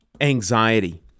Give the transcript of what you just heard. anxiety